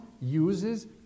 uses